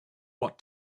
what